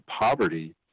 poverty